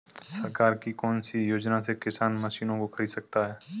सरकार की कौन सी योजना से किसान मशीनों को खरीद सकता है?